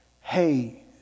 hey